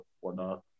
whatnot